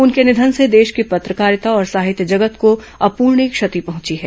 उनके निघन से देश की पत्रकारिता और साहित्य जगत को अप्रणीय क्षति पहंची है